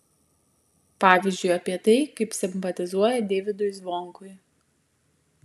pavyzdžiui apie tai kaip simpatizuoja deivydui zvonkui